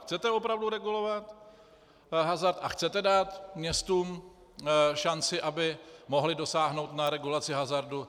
Chcete opravdu regulovat hazard a chcete dát městům šanci, aby mohla dosáhnout na regulaci hazardu?